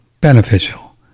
beneficial